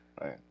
Right